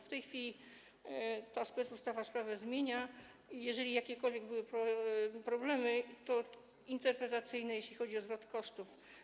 W tej chwili ta specustawa sprawę zmienia, jeżeli były jakiekolwiek problemy interpretacyjne, jeśli chodzi o zwrot kosztów.